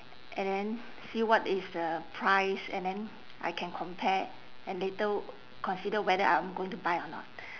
and then see what is the price and then I can compare and later consider whether I'm going to buy or not